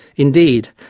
indeed,